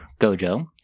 Gojo